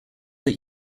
that